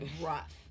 rough